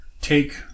take